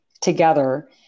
together